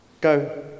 go